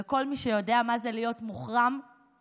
על כל מי שיודע מה זה להיות מוחרם ומחרים.